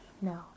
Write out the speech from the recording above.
No